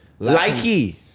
likey